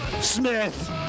Smith